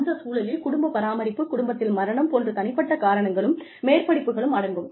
அந்த சூழலில் குடும்ப பராமரிப்பு குடும்பத்தில் மரணம் போன்ற தனிப்பட்ட காரணங்களும் மேற்படிப்புகளும் அடங்கும்